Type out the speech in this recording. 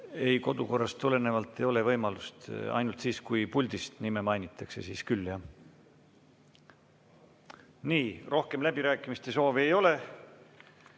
Ei, kodukorrast tulenevalt ei ole võimalust. Ainult siis, kui puldist nime mainitakse. Rohkem läbirääkimiste soovi ei ole.